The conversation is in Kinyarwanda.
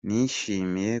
nishimiye